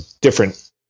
different